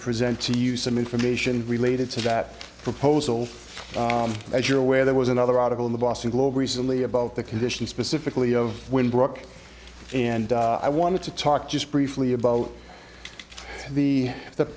present to you some information related to that proposal as you're aware there was another article in the boston globe recently about the condition specifically of wind brooke and i wanted to talk just briefly about the